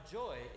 joy